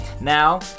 now